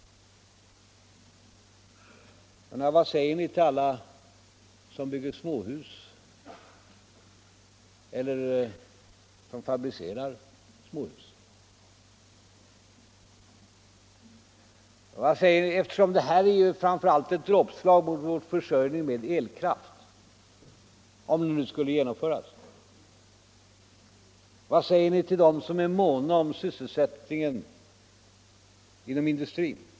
Vad säger ni till alla som bygger småhus eller som fabricerar småhus? Och vad säger ni — eftersom det som föreslås, om det nu skulle genomföras, framför allt är ett dråpslag mot försörjningen med elkraft — till dem som är måna om sysselsättningen inom industrin?